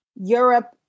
Europe